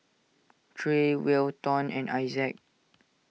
Trey Welton and Isaac